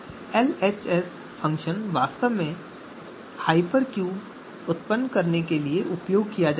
तो LHS function वास्तव में हाइपरक्यूब उत्पन्न करने के लिए उपयोग किया जाता है